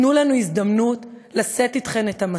תנו לנו הזדמנות לשאת אתכן את המשא.